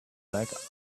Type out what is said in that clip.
back